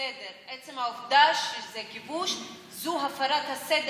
עצם העובדה שיש כיבוש זה הפרת הסדר.